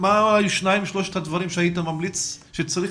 מה הם שלושת הדברים שהיית ממליץ שצריך